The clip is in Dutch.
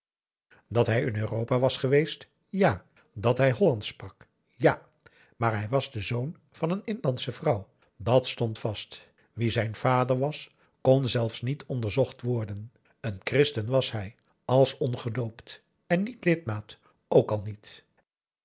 dat hij in europa was geweest ja dat hij hollandsch sprak ja maar hij was de zoon van een inlandsche vrouw dat stond vast wie zijn vader was kon zelfs niet onderzocht worden een christen was hij als ongedoopt en niet lidmaat ook al niet